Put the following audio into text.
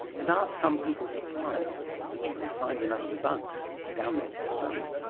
and are some people surprised that you can find enough bugs down there to study?